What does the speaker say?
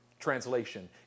Translation